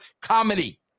comedy